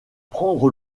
prendre